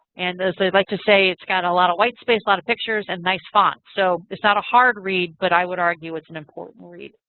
and as i like to say, it's got a lot of white space, a lot of pictures and nice font. so it's not a hard read, but i would argue it's an important read.